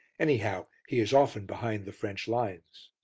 anyhow, he is often behind the french lines.